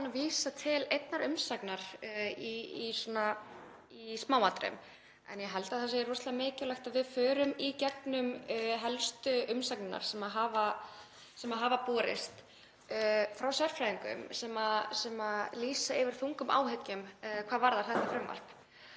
búin að vísa til einnar umsagnar í smáatriðum en ég held að það sé rosalega mikilvægt að við förum í gegnum helstu umsagnirnar sem hafa borist frá sérfræðingum sem lýsa yfir þungum áhyggjum hvað varðar þetta frumvarp.